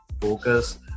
focus